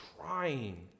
trying